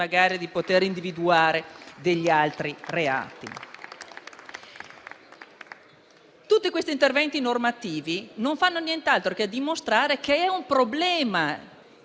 Tutti questi interventi normativi non fanno nient'altro che dimostrare che la